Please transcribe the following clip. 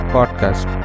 Podcast